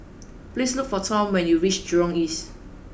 please look for Tom when you reach Jurong East